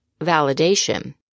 validation